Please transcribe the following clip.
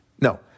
No